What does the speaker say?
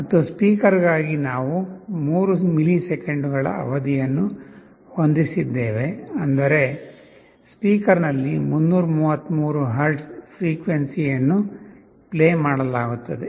ಮತ್ತು ಸ್ಪೀಕರ್ಗಾಗಿ ನಾವು 3 ಮಿಲಿಸೆಕೆಂಡುಗಳ ಅವಧಿಯನ್ನು ಹೊಂದಿಸಿದ್ದೇವೆ ಅಂದರೆ ಸ್ಪೀಕರ್ನಲ್ಲಿ 333 ಹರ್ಟ್ಜ್ ಫ್ರೀಕ್ವೆನ್ಸಿ ಯನ್ನು ಪ್ಲೇ ಮಾಡಲಾಗುತ್ತದೆ